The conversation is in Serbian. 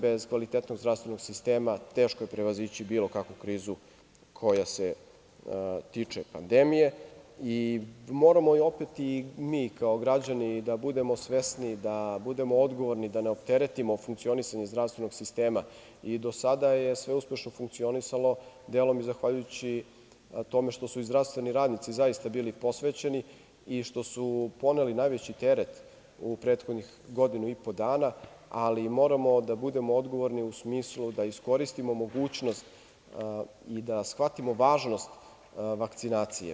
Bez kvalitetnog zdravstvenog sistema teško je prevazići bilo kakvu krizu koja se tiče pandemije i moramo opet i mi kao građani da budemo svesni, da budemo odgovorni, da ne opteretimo funkcionisanje zdravstvenog sistema i do sada je sve uspešno funkcionisalo delom i zahvaljujući tome što su i zdravstveni radnici zaista bili posvećeni i što su poneli najveći teret u prethodnih godinu i po dana, ali moramo da budemo odgovorni u smislu da iskoristimo mogućnost i da shvatimo važnost vakcinacije.